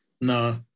No